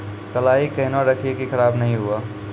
कलाई केहनो रखिए की खराब नहीं हुआ?